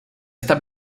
esta